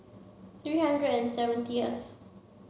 three hundred and seventieth